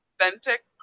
authentic